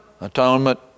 atonement